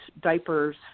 diapers